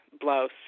blouse